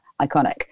iconic